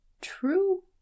true